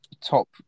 top